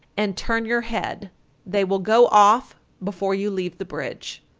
and turn your head they will go off before you leave the bridge.